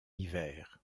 hiver